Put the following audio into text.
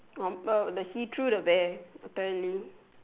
confirm he threw the bear apparently